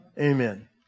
Amen